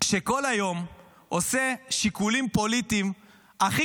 שכל היום עושה שיקולים פוליטיים הכי